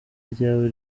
ryawe